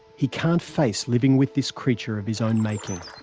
he can't face living with this creature of his own making.